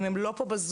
אם הם לא פה בזום,